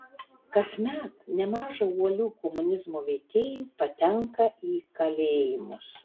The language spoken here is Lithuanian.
kasmet nemaža uolių komunizmo veikėjų patenka į kalėjimus